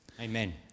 Amen